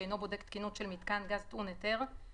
שאינו בודק תקינות של מיתקן גז טעון היתר שאינו